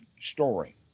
story